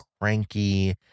cranky